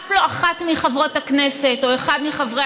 אף לא אחת מחברות הכנסת או אחד מחברי